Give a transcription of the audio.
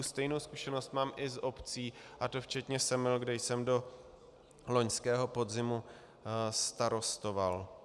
Stejnou zkušenost mám i z obcí, a to včetně Semil, kde jsem do loňského podzimu starostoval.